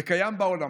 זה קיים בעולם.